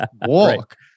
walk